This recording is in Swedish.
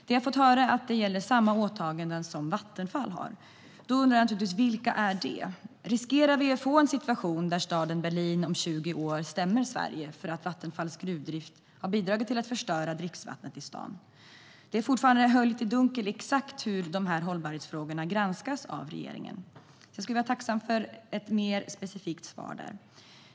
Vi har fått höra att samma åtaganden som Vattenfall har gäller. Då undrar jag naturligtvis: Vilka är det? Riskerar vi att få en situation där staden Berlin om 20 år stämmer Sverige för att Vattenfalls gruvdrift har bidragit till att förstöra dricksvattnet i staden? Det är fortfarande höljt i dunkel exakt hur dessa hållbarhetsfrågor granskas av regeringen. Jag skulle därför vara tacksam för ett mer specifikt svar.